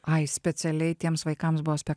ai specialiai tiems vaikams buvo spek